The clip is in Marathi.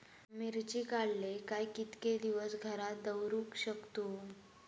मिर्ची काडले काय कीतके दिवस घरात दवरुक शकतू?